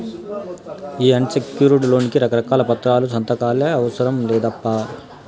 ఈ unsecured loan కి రకారకాల పత్రాలు, సంతకాలే అవసరం లేదప్పా